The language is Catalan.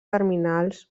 terminals